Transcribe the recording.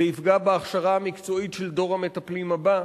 זה יפגע בהכשרה המקצועית של דור המטפלים הבא.